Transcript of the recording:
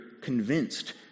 convinced